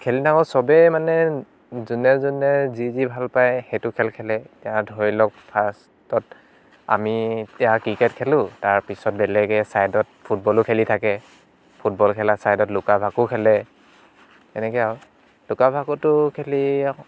চবে মানে যোনে যোনে যি যি ভাল পায় সেইটো খেল খেলে এতিয়া ধৰি লওক ফাৰ্ষ্টত আমি এতিয়া ক্ৰিকেট খেলোঁ তাৰ পিছত বেলেগে চাইদত ফুটবলো খেলি থাকে ফুটবল খেলা চাইদত লুকা ভাকু খেলে তেনেকৈ আৰু লুকা ভাকুটো খেলি আৰু